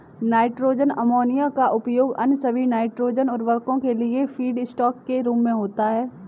nitrogen ammonia का उपयोग अन्य सभी नाइट्रोजन उवर्रको के लिए फीडस्टॉक के रूप में होता है